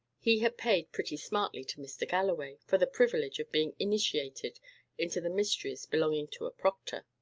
he had paid pretty smartly to mr. galloway for the privilege of being initiated into the mysteries belonging to a proctor.